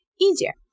easier